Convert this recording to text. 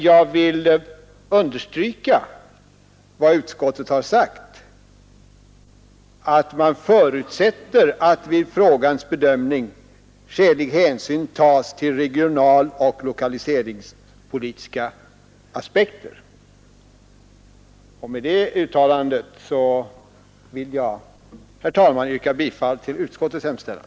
Jag vill dock understryka vad utskottet har sagt, nämligen att man ”förutsätter att vid frågans bedömning skälig hänsyn tas till regionaloch lokaliseringspolitiska aspekter”. Med det uttalandet vill jag, herr talman, yrka bifall till utskottets hemställan.